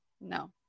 no